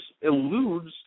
eludes